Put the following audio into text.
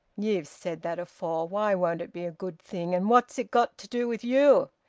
ye've said that afore. why won't it be a good thing? and what's it got to do with you?